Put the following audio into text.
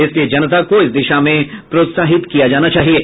इसलिए जनता को इस दिशा में प्रोत्साहित किया जाना चाहिये